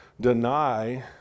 deny